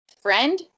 friend